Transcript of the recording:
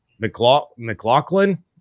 McLaughlin